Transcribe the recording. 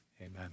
Amen